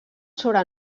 sobre